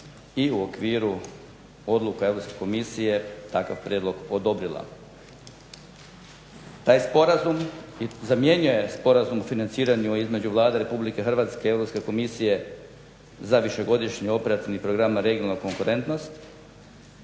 i u okviru odluke Europske komisije takav prijedlog i odobrila. Taj sporazum zamjenjuje Sporazum o financiranju između Vlade Republike Hrvatske i Europske komisije za višegodišnji operativni program regionalna konkurentnost